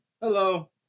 Hello